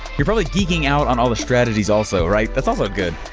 you're probably digging out on all the strategies also, right, that's also good.